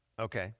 Okay